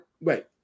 wait